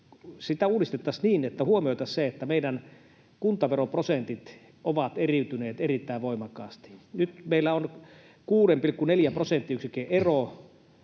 sitä uudistettaisiin niin, että huomioitaisiin se, että meidän kuntaveroprosentit ovat eriytyneet erittäin voimakkaasti. Nyt meillä on 6,4 prosenttiyksikön ero,